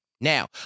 now